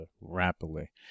rapidly